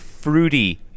fruity